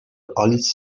آلیس